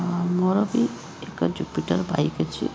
ମୋର ବି ଏକ ଜୁପିଟର୍ ବାଇକ୍ ଅଛି